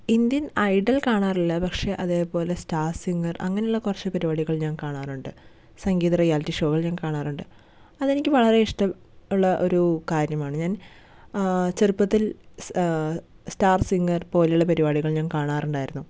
Indian Idol കാണാറില്ല പക്ഷേ അതേപോലെ സ്റ്റാർ സിംഗർ അങ്ങനെയുള്ള കുറച്ച് പരിപാടികൾ ഞാൻ കാണാറുണ്ട് സംഗീത റിയാലിറ്റി ഷോകൾ ഞാൻ കാണാറുണ്ട് അതെനിക്ക് വളരെ ഇഷ്ടം ഉള്ള ഒരു കാര്യമാണ് ഞാൻ ചെറുപ്പത്തിൽ സ് സ്റ്റാർ സിംഗർ പോലെയുള്ള പരിപാടികൾ ഞാൻ കാണാറുണ്ടായിരുന്നു